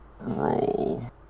roll